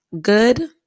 good